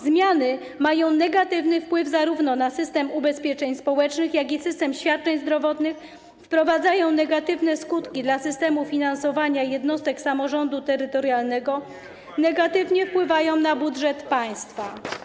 Zmiany mają negatywny wpływ zarówno na system ubezpieczeń społecznych, jak i na system świadczeń zdrowotnych, wprowadzają negatywne skutki dla systemu finansowania jednostek samorządu terytorialnego, negatywnie wpływają na budżet państwa.